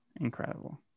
Incredible